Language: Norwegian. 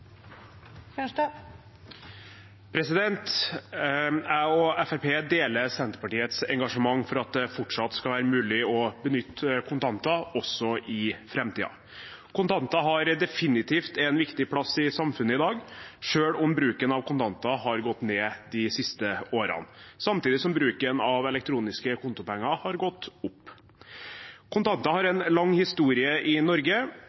deler Senterpartiets engasjement for at det skal være mulig å benytte kontanter også i framtiden. Kontanter har definitivt en viktig plass i samfunnet i dag, selv om bruken av kontanter har gått ned de siste årene. Samtidig har bruken av elektroniske kontopenger gått opp. Kontanter har en lang historie i Norge,